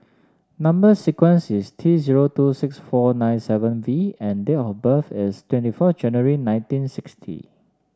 number sequence is T zero two six four nine seven V and date of birth is twenty four January nineteen sixty